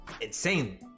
insane